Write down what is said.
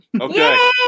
Okay